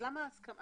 ההסכמה